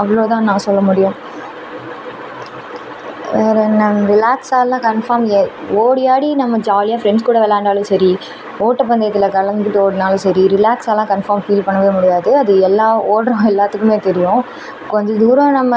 அவ்வளோ தான் நான் சொல்ல முடியும் வேறு என்ன ரிலாக்ஸ்ஸெலாம் கன்ஃபாம் எ ஓடி ஆடி நம்ம ஜாலியாக ஃப்ரெண்ட்ஸ் கூட விளையாண்டாலும் சரி ஓட்டப்பந்தயத்தில் கலத்துக்கிட்டு ஓடுனாலும் சரி ரிலாக்ஸ்ஸெலாம் கன்ஃபாம் ஃபீல் பண்ணவே முடியாது அது எல்லாம் ஓடுறவங்க எல்லாத்துக்குமே தெரியும் கொஞ்ச தூரம் நம்ம